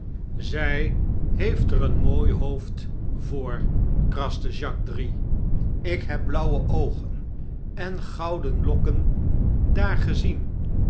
zij heeft er een mooi hoofd voor kraste jacques drie lk heb blauwe oogen en gouden lokken daar gezien